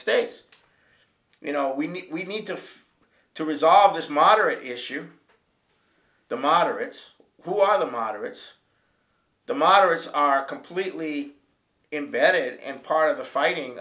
states you know we need we need to to resolve this moderate issue the moderates who are the moderates the moderates are completely imbedded and part of the fighting